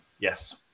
Yes